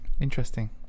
Interesting